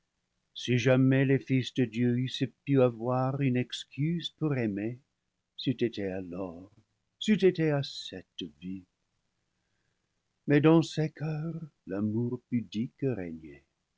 si jamais les fils de dieu eussent pu avoir une excuse pour aimer c'eût été alors c'eût été à cette vue mais dans ces coeurs l'amour pudique régnait